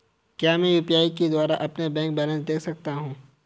क्या मैं यू.पी.आई के द्वारा अपना बैंक बैलेंस देख सकता हूँ?